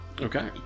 Okay